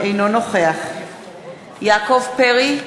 אינו נוכח יעקב פרי,